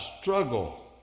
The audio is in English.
struggle